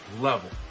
level